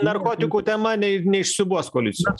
narkotikų tema nei neišsiūbuos koalicijos